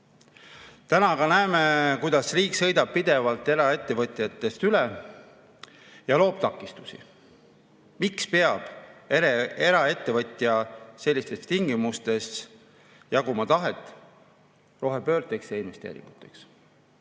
Täna aga näeme, kuidas riik sõidab eraettevõtjatest pidevalt üle ja loob takistusi. Miks peaks eraettevõtjal sellistes tingimustes jaguma tahet rohepöördeks ja investeeringuteks?